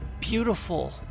beautiful